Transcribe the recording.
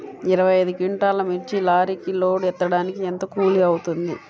ఇరవై ఐదు క్వింటాల్లు మిర్చి లారీకి లోడ్ ఎత్తడానికి ఎంత కూలి అవుతుంది?